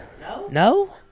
No